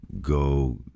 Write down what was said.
go